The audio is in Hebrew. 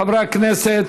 חברי הכנסת,